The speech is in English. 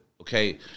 Okay